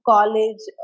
College